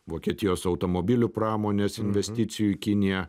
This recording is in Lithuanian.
vokietijos automobilių pramonės investicijų į kiniją